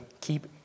keep